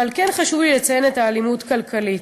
אבל חשוב לי לציין את האלימות הכלכלית.